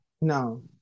No